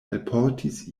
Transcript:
alportis